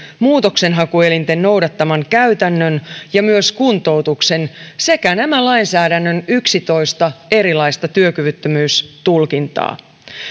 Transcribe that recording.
muutoksenhakuelinten noudattaman käytännön ja myös kuntoutuksen sekä nämä lainsäädännön yksitoista erilaista työkyvyttömyystulkintaa